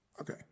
Okay